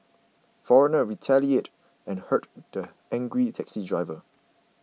foreigner retaliated and hurt the angry taxi uncle